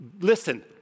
Listen